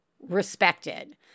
respected